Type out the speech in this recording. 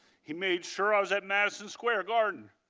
he made sure i was at madison square garden,